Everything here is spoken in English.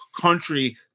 country